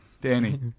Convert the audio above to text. Danny